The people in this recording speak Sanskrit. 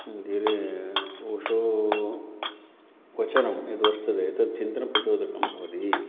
धीरे स् ओशो वचनं यद्वर्तते तत् चिन्तनप्रचोदकं भवति